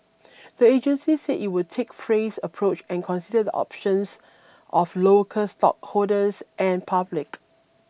the agency said it will take phased approach and consider the options of local stockholders and public